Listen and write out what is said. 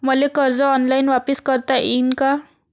मले कर्ज ऑनलाईन वापिस करता येईन का?